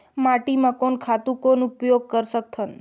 माटी म कोन खातु कौन उपयोग कर सकथन?